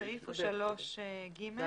סעיף 3(ג).